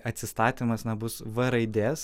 atsistatymas na bus v raidės